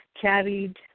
carried